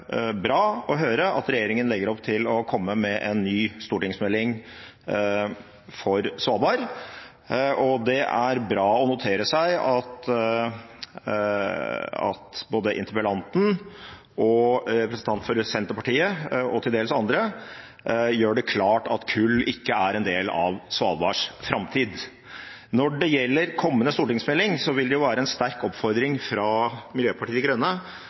bra å høre at regjeringen legger opp til å komme med en ny stortingsmelding om Svalbard, og det er godt å notere seg at både interpellanten, representanten for Senterpartiet og til dels andre gjør det klart at kull ikke er en del av Svalbards framtid. Når det gjelder kommende stortingsmelding, vil det være en sterk oppfordring fra Miljøpartiet De Grønne